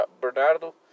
Bernardo